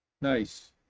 Nice